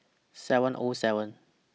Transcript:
seven O seven